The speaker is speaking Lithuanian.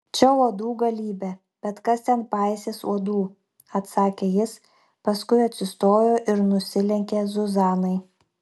čia uodų galybė bet kas ten paisys uodų atsakė jis paskui atsistojo ir nusilenkė zuzanai